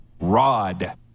Rod